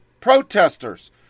protesters